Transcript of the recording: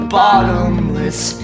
bottomless